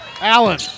Allen